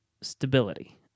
stability